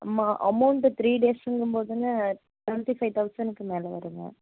அம்மா amount three டேஸுங்கம் போதுங்க செவண்ட்டி ஃபை தௌசணுக்கு மேலே வருங்க